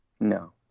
No